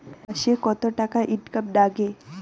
মাসে কত টাকা ইনকাম নাগে?